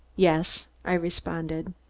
yes, i responded.